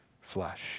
flesh